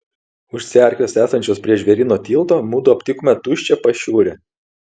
už cerkvės esančios prie žvėryno tilto mudu aptikome tuščią pašiūrę